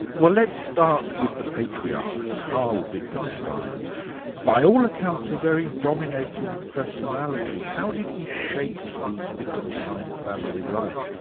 well let's start with the patriarch, karl wittgenstein by all accounts a very dominating personality. how did he shape the wittgenstein family life?